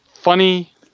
funny